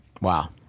Wow